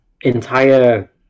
entire